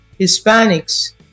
Hispanics